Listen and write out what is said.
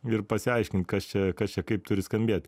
ir pasiaiškint kas čia kas čia kaip turi skambėt